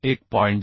1